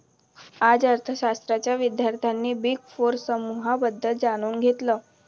आज अर्थशास्त्राच्या विद्यार्थ्यांनी बिग फोर समूहाबद्दल जाणून घेतलं